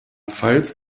pfalz